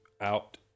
out